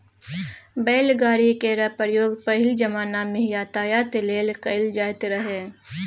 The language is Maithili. बैलगाड़ी केर प्रयोग पहिल जमाना मे यातायात लेल कएल जाएत रहय